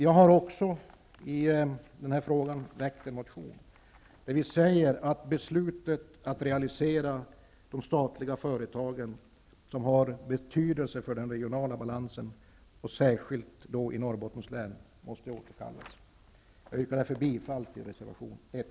Jag har även väckt en motion i denna fråga, där det sägs att beslutet att realisera de statliga företagen, som har betydelse för den regionala balansen, särskilt i Norrbottens län, måste återkallas. Jag yrkar därför bifall till reservation 1.